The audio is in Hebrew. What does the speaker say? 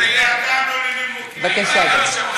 בבקשה.